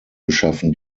geschaffen